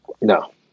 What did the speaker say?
No